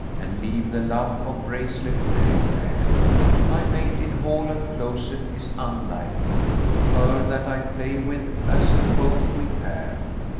and leave the love of bracelet-wearing fair my mate in hall and closet is unlike her that i play with, as at home we pair.